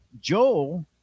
Joel